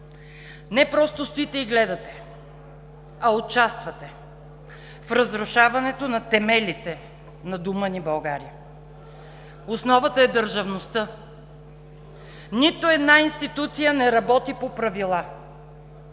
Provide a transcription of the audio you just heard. не просто стоите и гледате, а участвате в разрушаването на темелите на дома ни – България. Основата е държавността. Нито една институция не работи по правила.